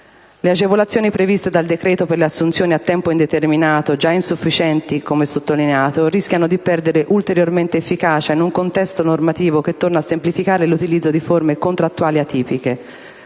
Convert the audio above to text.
Le agevolazioni previste dal decreto per le assunzioni a tempo indeterminato, già insufficienti, come sottolineato, rischiano di perdere ulteriormente efficacia in un contesto normativo che torna a semplificare l'utilizzo di forme contrattuali atipiche.